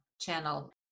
channel